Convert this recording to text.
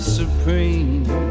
supreme